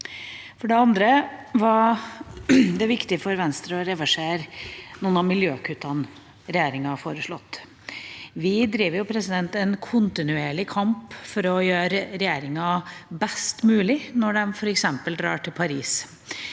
For det andre var det viktig for Venstre å reversere noen av miljøkuttene som regjeringa har foreslått. Vi driver jo en kontinuerlig kamp for å gjøre regjeringa best mulig når de f.eks. drar til Paris.